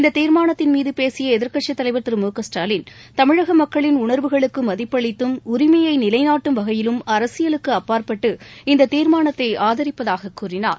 இந்த தீர்மானத்தின் பேசிய எதிர்க்கட்சித் தலைவர் திரு மு க ஸ்டாலின் தமிழக மக்களின் உணா்வுகளுக்கு மதிப்பளித்தும் உரிமையை நிலைநாட்டும் வகையிலும் அரசியலுக்கு அப்பாற்பட்டு இந்த தீர்மானத்தை ஆதரிப்பதாகக் கூறினார்